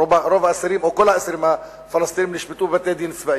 רוב האסירים או כל האסירים הפלסטינים נשפטו בבתי-דין צבאיים,